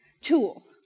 tool